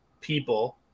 people